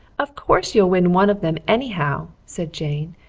of course you'll win one of them anyhow, said jane,